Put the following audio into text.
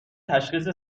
تشخیص